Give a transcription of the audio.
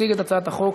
יציג את הצעת החוק